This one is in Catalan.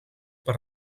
per